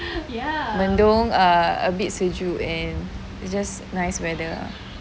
ya mendung err a bit sejuk and it's just nice weather ah